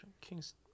King's